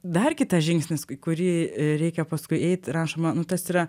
dar kitas žingsnis kurį reikia paskui eit rašoma tas yra